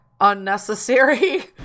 unnecessary